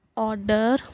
order